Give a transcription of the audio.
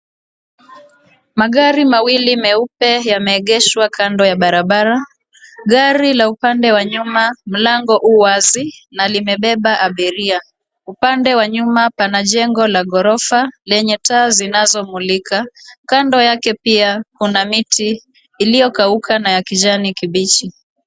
Magari mawili meupe yameegeshwa kando ya barabara, gari la upande wa nyuma mlango u wazi na limebeba abiria. Upande wa nyuma pana jengo la gorofa lenye taa zinazomulika. Kando yake pia kuna miti, iliyokauka na ya kijani kibichi.